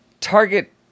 Target